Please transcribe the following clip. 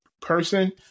person